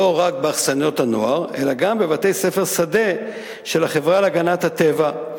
לא רק באכסניות נוער אלא גם בבתי-ספר שדה של החברה להגנת הטבע,